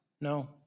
no